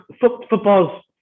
football's